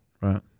right